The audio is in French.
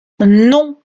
non